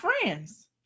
friends